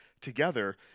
together